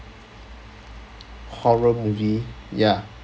horror movie ya